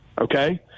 okay